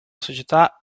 società